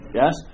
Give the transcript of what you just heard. yes